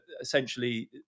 essentially